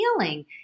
healing